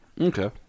Okay